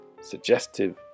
suggestive